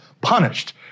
punished